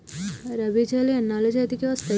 రబీ చేలు ఎన్నాళ్ళకు చేతికి వస్తాయి?